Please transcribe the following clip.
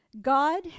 God